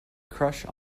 crush